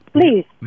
please